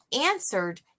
answered